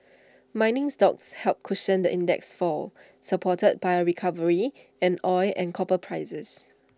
mining stocks helped cushion the index's fall supported by A recovery in oil and copper prices